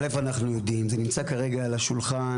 א', אנחנו יודעים, זה נמצא כרגע על הולחן.